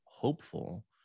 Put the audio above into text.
Hopeful